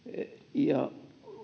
ja